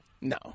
no